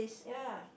ya